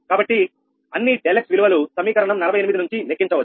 కాబట్టి అన్ని ∆𝑥 విలువలు సమీకరణం 48 నుంచి లెక్కించ వచ్చు